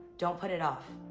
don't put it off.